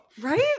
right